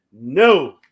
No